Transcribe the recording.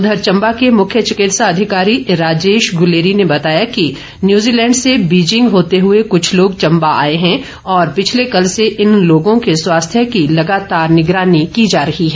उधर चम्बा के मुख्य चिकित्सा अधिकारी राजेश गुलेरी ने बताया कि न्यूजीलैंड से बीजिंग होते हुए कुछ लोग कल चम्बा आए हैं और इनके स्वास्थ्य की लगातार निगरानी की जा रही है